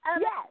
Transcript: Yes